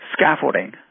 scaffolding